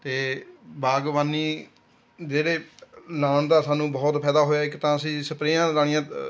ਅਤੇ ਬਾਗਬਾਨੀ ਜਿਹੜੇ ਲਾਉਣ ਦਾ ਸਾਨੂੰ ਬਹੁਤ ਫਾਇਦਾ ਹੋਇਆ ਇੱਕ ਤਾਂ ਅਸੀਂ ਸਪਰੇਆਂ ਰਾਹੀਂ